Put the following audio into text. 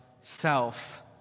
self